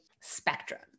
spectrum